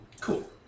Cool